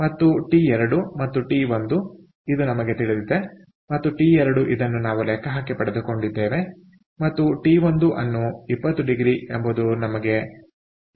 ಮತ್ತು T2 T 2 ಮತ್ತು TI T 1 ಇದು ನಮಗೆ ತಿಳಿದಿದೆ ಮತ್ತು T2 ಟಿ 2 ಇದನ್ನು ನಾವು ಲೆಕ್ಕಹಾಕಿ ಪಡೆದುಕೊಂಡಿದ್ದೇವೆ ಮತ್ತು TI ಟಿ 1 ಅನ್ನು 20 ಡಿಗ್ರಿ ಎಂಬುದು ನಮಗೆ ಈಗಾಗಲೇ ತಿಳಿದಿದೆ